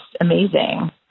amazing